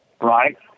Right